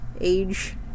age